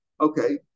Okay